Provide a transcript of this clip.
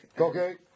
Okay